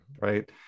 right